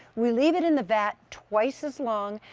we leave it in the vat twice as long.